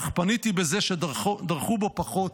אך פניתי בזה שדרכו בו פחות.